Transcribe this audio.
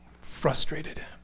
frustrated